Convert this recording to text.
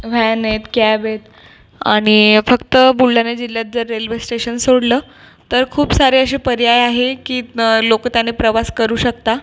van आहेत cab आहेत आणि फक्त बुलढाणा जिल्ह्यात जर रेल्वे स्टेशन सोडलं तर खूप सारे असे पर्याय आहे की लोक त्याने प्रवास करू शकतात